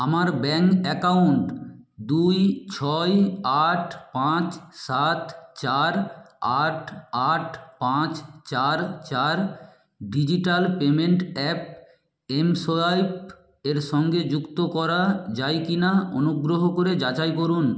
আমার bank account দুই ছয় আট পাঁচ সাত চার আট আট পাঁচ চার চার ডিজিটাল পেমেন্ট অ্যাপ এমসোয়াইপ এর সঙ্গে যুক্ত করা যায় কি না অনুগ্রহ করে যাচাই করুন